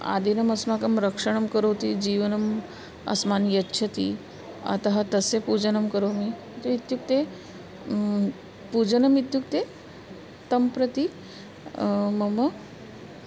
आदिनम् अस्माकं रक्षणं करोति जीवनम् अस्मान् यच्छति अतः तस्य पूजनं करोमि इति इत्युक्ते पूजनम् इत्युक्ते तं प्रति मम